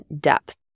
depth